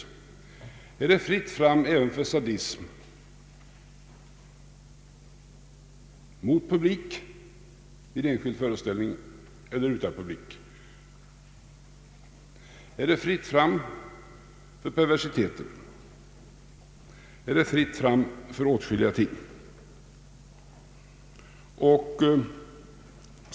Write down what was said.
Det är fritt fram, även för sadism inför publik vid enskild föreställning eller utan publik; här är fritt fram för perversiteter; här är fritt fram för åtskilliga ting.